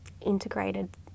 integrated